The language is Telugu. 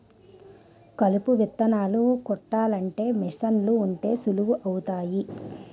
కలుపు విత్తనాలు కొట్టాలంటే మీసన్లు ఉంటే సులువు అవుతాది